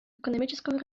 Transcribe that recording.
экономического